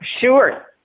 Sure